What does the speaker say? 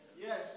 Yes